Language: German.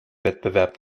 wettbewerb